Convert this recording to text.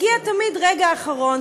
הגיע תמיד הרגע האחרון,